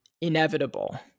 inevitable